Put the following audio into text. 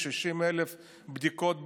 60,000 בדיקות ביום,